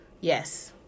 Yes